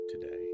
today